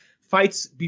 fights